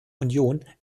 union